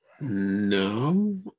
no